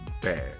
bad